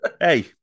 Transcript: Hey